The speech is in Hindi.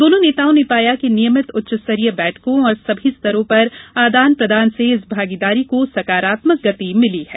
दोनों नेताओं ने पाया कि नियमित उच्चस्तरीय बैठकों और सभी स्तरों पर आदान प्रदान से इस भागीदारी को सकारात्मक गति मिली है